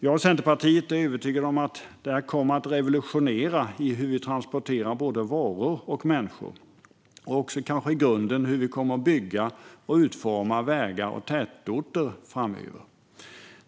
Jag och Centerpartiet är övertygade om att de kommer att revolutionera hur vi transporterar både varor och människor samt hur vi i grunden kommer att bygga och utforma vägar och tätorter framöver.